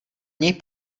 něj